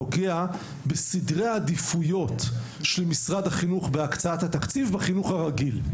נוגע בסדרי העדיפויות של משרד החינוך בהקצאת התקציב בחינוך הרגיל,